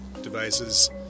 devices